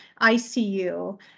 ICU